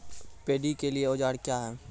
Paddy के लिए औजार क्या हैं?